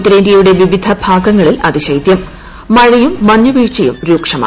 ഉത്തരേന്തൃയൂടെ വിവിധ്യ് ഭാ്ഗങ്ങളിൽ അതിശൈതൃം മഴയും മഞ്ഞുവീഴ്ചയും രൂക്ഷമായി